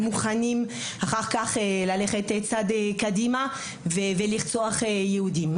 שהולכים צעד קדימה ואחר כך מוכנים ללכת ולרצוח יהודים.